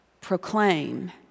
proclaim